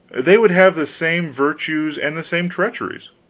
they would have the same virtues and the same treacheries,